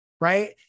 right